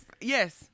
Yes